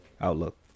outlook